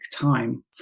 time